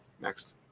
Next